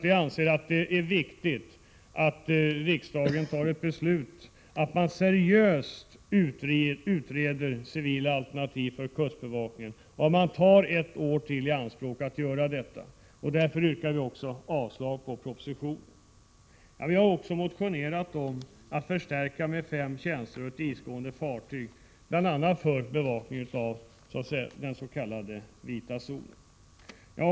Vi anser att det är viktigt att riksdagen fattar beslut om att anslå ett år för en seriös utredning av civila alternativ till kustbevakningen. Därför yrkar vi avslag på propositionen. Vi har också motionerat om en förstärkning av verksamheten med fem tjänster och om ett isgående fartyg, bl.a. för bevakning av den s.k. vita zonen.